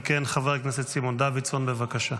אם כן, חבר הכנסת סימון דוידסון, בבקשה,